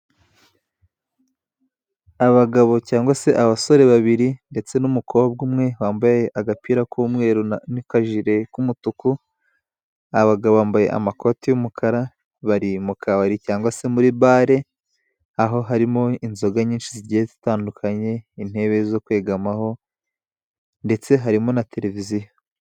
Abagabo cyangwa se abasore babiri ndetse n'umukobwa umwe wambaye agapira k'umweru nikajire k'umutuku, abagabo bambaye amakoti y'umukara, bari mu kabari cyangwa se muri bare aho harimo inzoga nyinshi zigiye zitandukanye, intebe zo kwegamaho ndetse harimo na televiziyo.